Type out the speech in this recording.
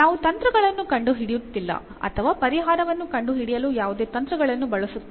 ನಾವು ತಂತ್ರಗಳನ್ನು ಕಂಡುಹಿಡಿಯುತ್ತಿಲ್ಲ ಅಥವಾ ಪರಿಹಾರವನ್ನು ಕಂಡುಹಿಡಿಯಲು ಯಾವುದೇ ತಂತ್ರಗಳನ್ನು ಬಳಸುತ್ತಿಲ್ಲ